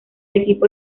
equipo